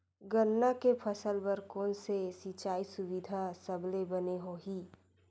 गन्ना के फसल बर कोन से सिचाई सुविधा सबले बने होही?